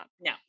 No